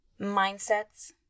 mindsets